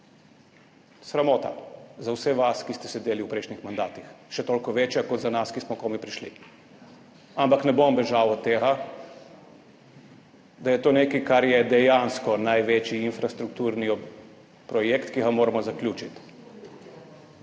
Sramota za vse vas, ki ste sedeli v prejšnjih mandatih, še toliko večja kot za nas, ki smo komaj prišli. Ampak ne bom bežal od tega, da je to nekaj, kar je dejansko največji infrastrukturni projekt, ki ga moramo zaključiti.